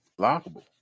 lockable